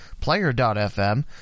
Player.fm